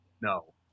no